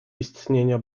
istnienia